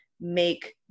make